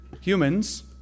Humans